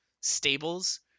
stables